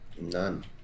None